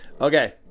Okay